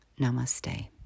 Namaste